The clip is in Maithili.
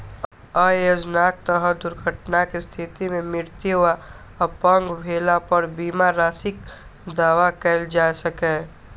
अय योजनाक तहत दुर्घटनाक स्थिति मे मृत्यु आ अपंग भेला पर बीमा राशिक दावा कैल जा सकैए